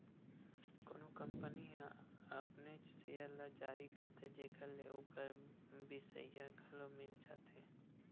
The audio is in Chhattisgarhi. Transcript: कोनो कंपनी ह अपनेच सेयर ल जारी करथे जेखर ले ओखर बिसइया घलो मिल जाथे